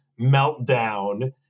meltdown